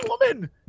woman